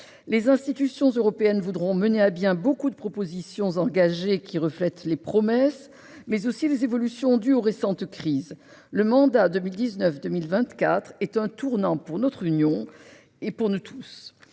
Les institutions européennes voudront mener à bien nombre de propositions engagées qui reflètent les promesses, mais aussi les évolutions dues aux récentes crises. Le mandat 2019-2024 est un tournant pour notre Union européenne et pour nous tous.